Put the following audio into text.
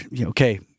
okay